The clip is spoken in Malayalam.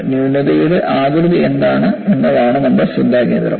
ന്യൂനതയുടെ ആകൃതി എന്താണ് എന്നതാണ് നമ്മുടെ ശ്രദ്ധാകേന്ദ്രം